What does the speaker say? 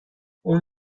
اون